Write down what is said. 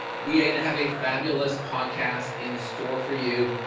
we are going to have a fabulous podcast in store for you.